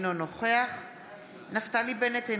אינו נוכח נפתלי בנט,